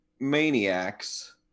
maniacs